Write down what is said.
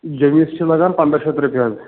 جیٚمِس چھِ لگان پنٛداہ شَتھ رۄپیہِ حظ